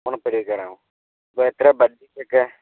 ഓണപ്പരിപാടിക്കാണോ അപ്പോൾ എത്രയാ ബഡ്ജെറ്റൊക്കെ